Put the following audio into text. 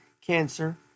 cancer